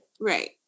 Right